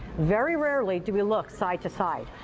very rarely do we look side to side.